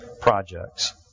projects